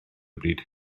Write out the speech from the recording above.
bryd